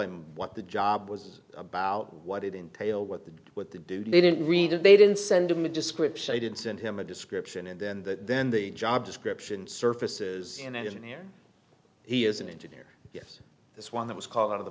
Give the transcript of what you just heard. him what the job was about what it entailed what the what they do they didn't read it they didn't send him a description i didn't send him a description and then that then the job description surfaces in engineering he is an engineer this one that was called out of the